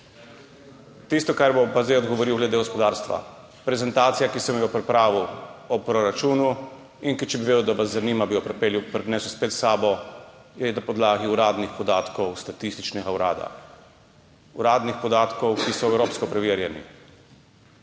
Tisto, kar bom pa zdaj odgovoril glede gospodarstva, prezentacija, ki sem jo pripravil o proračunu, če bi vedel, da vas zanima, bi jo spet pripeljal s sabo, je na podlagi uradnih podatkov Statističnega urada in uradnih podatkov, ki so evropsko preverjeni,